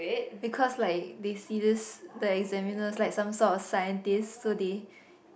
because like they scissor the examiner like some sort of scientist so they